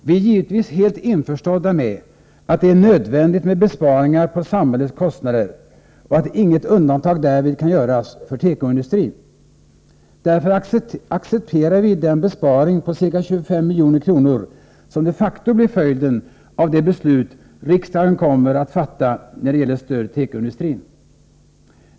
Vi är givetvis helt införstådda med att det är nödvändigt med besparingar på samhällets kostnader och att inget undantag därvid kan göras för tekoindustrin. Därför accepterar vi den besparing på ca 25 milj.kr. som de facto blir följden av de beslut som riksdagen kommer att fatta när det gäller stödet till tekoindustrin.